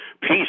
peace